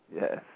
Yes